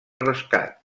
rescat